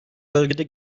bölgede